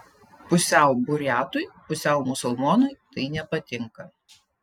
pusiau buriatui pusiau musulmonui tai nepatinka